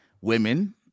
women